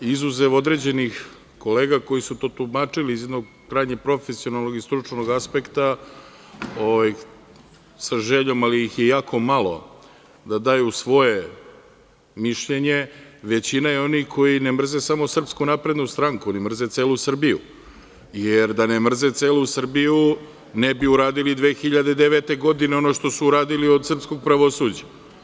Izuzev određenih kolega koji su to tumačili iz jednog krajnje profesionalnog i stručnog aspekta sa željom, ali ih je jako malo, da daju svoje mišljenje, većina je onih koji ne mrze samo SNS, oni mrze celu Srbiju, jer da ne mrze celu Srbiju ne bi uradili 2009. godine ono što su uradili od srpskog pravosuđa.